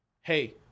Hey